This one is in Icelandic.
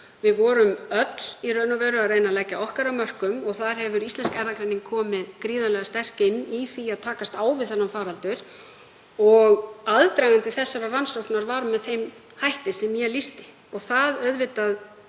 Við vorum öll að reyna að leggja okkar af mörkum og þar hefur Íslensk erfðagreining komið gríðarlega sterk inn í því að takast á við þennan faraldur. Aðdragandi þessarar rannsóknar var með þeim hætti sem ég lýsti. Það er auðvitað